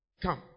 Come